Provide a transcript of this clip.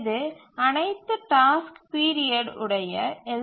இது அனைத்து task period உடைய எல்